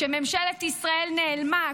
כשממשלת ישראל נעלמה,